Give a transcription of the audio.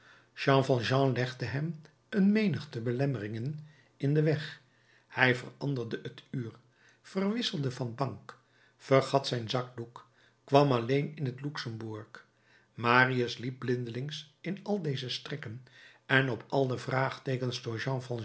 jean valjean legde hem een menigte belemmeringen in den weg hij veranderde het uur verwisselde van bank vergat zijn zakdoek kwam alleen in het luxembourg marius liep blindelings in al deze strikken en op al de vraagteekens